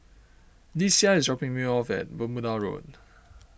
Lesia is dropping me off at Bermuda Road